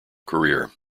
career